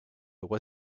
what